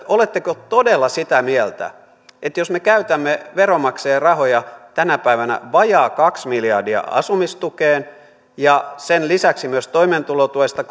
oletteko todella oikeasti sitä mieltä että jos me käytämme veronmaksajan rahoja tänä päivänä vajaa kaksi miljardia asumistukeen ja sen lisäksi myös toimeentulotuesta